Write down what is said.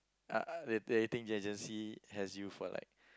uh the dating agency has you for like